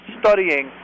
studying